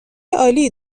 عالی